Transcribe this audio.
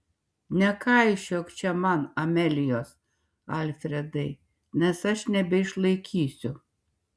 nekaišiok čia man amelijos alfredai nes aš nebeišlaikysiu